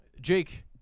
jake